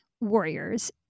warriors